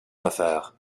affaire